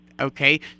okay